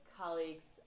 colleagues